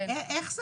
איך זה